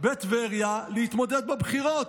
בטבריה להתמודד בבחירות.